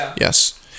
yes